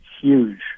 Huge